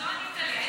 לא ענית לי.